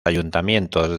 ayuntamientos